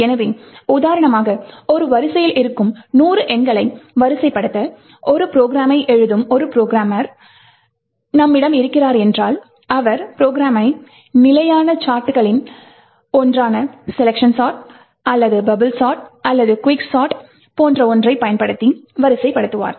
எனவே உதாரணமாக ஒரு வரிசையில் இருக்கும் நூறு எண்களை வரிசைப்படுத்த ஒரு ப்ரோக்ராமை எழுதும் ஒரு ப்ரோகிராமர் நம்மிடம் இருக்கிறார் என்றால் அவர் ப்ரோக்ராமை நிலையான சார்ட்களில் ஒன்றான செலெக்ஷன் சார்ட் அல்லது பப்புள் சார்ட் அல்லது குவிக்சார்ட் போன்ற ஒன்றைப் பயன்படுத்தி வரிசை படுத்துவார்